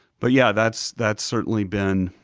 but yeah, that's that's certainly been.